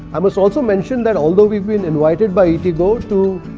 i must also mention that although we've been invited by eatigo to.